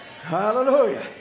Hallelujah